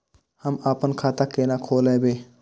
हम आपन खाता केना खोलेबे?